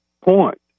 point